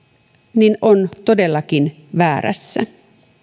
niin on todellakin väärässä